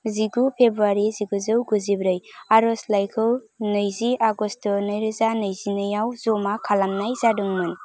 जिसु फेब्रुवारि जिगुजौ गुजिब्रै आरजलाइखौ नैजि आगष्ट नैरोजा नैजिनैआव जमा खालामनाय जादोंमोन